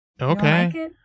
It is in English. Okay